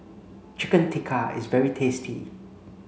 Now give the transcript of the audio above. Chicken Tikka is very tasty